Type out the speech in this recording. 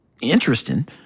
interesting